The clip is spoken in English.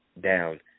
down